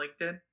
LinkedIn